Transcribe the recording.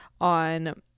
on